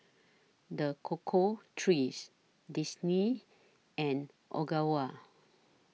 The Cocoa Trees Disney and Ogawa